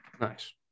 nice